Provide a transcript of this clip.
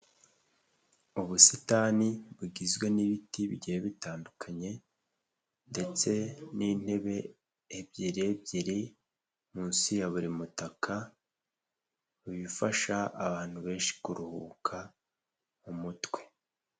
Ubusitani bugizwe n'ibiti bigiye bitandukanye ndetse n'intebe ebyiri ziri munsi ya buri mutaka bifasha abantu benshi kuruhuka mu mutwe.